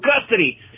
custody